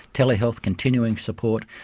telehealth, continuing support,